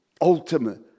ultimate